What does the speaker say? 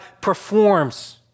performs